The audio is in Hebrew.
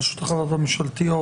רשות החברות הממשלתיות,